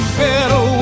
better